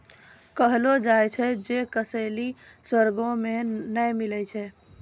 कहलो जाय छै जे कसैली स्वर्गो मे नै मिलै छै